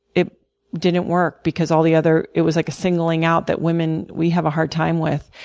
it didn't work because all the other it was like a singling out that women we have a hard time with,